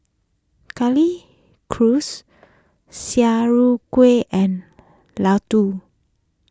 Sauerkraut and Ladoo